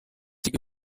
die